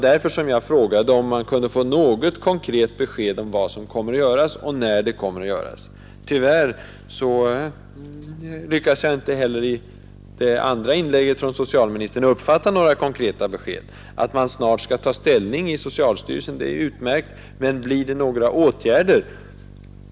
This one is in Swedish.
Därför frågade jag om man kunde få något konkret besked om vad som kommer att göras och när det kommer att göras. Tyvärr lyckades jag inte heller i socialministerns andra inlägg uppfatta några konkreta besked. Att man snart skall ta ställning i socialstyrelsen är utmärkt, men blir det några åtgärder?